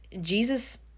Jesus